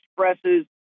Expresses